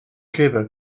clever